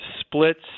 splits